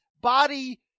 body